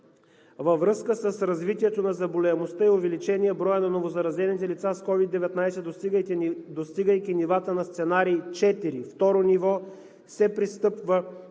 Във връзка с развитието на заболеваемостта и увеличеният брой на новозаразените лица с COVID-19, достигайки нивата на сценарий четири, второ ниво, се пристъпва към